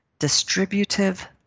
distributive